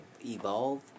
evolve